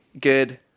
good